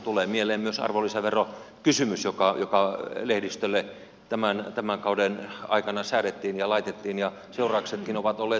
tulee mieleen myös arvonlisäverokysymys joka lehdistölle tämän kauden aikana säädettiin ja laitettiin ja seurauksetkin ovat olleet sen mukaisia